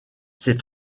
ces